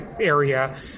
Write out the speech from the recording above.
area